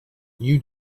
you